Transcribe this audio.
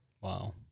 Wow